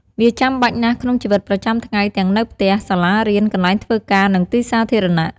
វាចាំបាច់ណាស់ក្នុងជីវិតប្រចាំថ្ងៃទាំងនៅផ្ទះ សាលារៀន កន្លែងធ្វើការ និងទីសាធារណៈ។